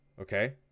okay